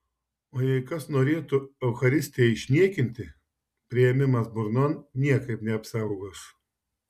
o jei kas norėtų eucharistiją išniekinti priėmimas burnon niekaip neapsaugos